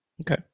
Okay